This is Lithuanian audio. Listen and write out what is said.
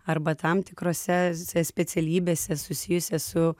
arba tam tikrose specialybėse susijusiose su